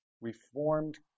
reformed